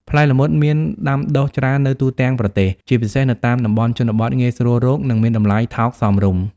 ផ្លែល្មុតមានដាំដុះច្រើននៅទូទាំងប្រទេស ជាពិសេសនៅតាមតំបន់ជនបទ ងាយស្រួលរក និងមានតម្លៃថោកសមរម្យ ។